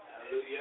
Hallelujah